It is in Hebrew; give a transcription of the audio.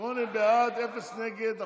שמונה בעד, אין מתנגדים.